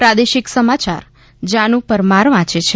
પ્રાદેશિક સમાચાર જાનુ પરમાર વાંચે છે